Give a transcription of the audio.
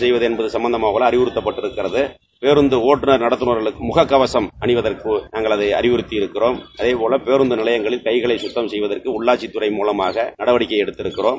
செய்வது என்பது சம்பந்தமாக அறிவறுத்தப்படுகிறது பேருக்கட ஒட்டுமர் நடக்தார்களுக்கு முகக்கவசம் அனிவதற்கு நாங்கள் அறிவறுத்தியிருக்கிறபோம் அதுபோல பேருந்து நிலையங்களில் கைகளை கத்தம் செய்வதற்கு உள்ளாட்சித்தறை முலமாக நடவடிக்கை எடுத்திருக்றோம்